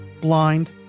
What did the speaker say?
blind